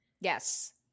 Yes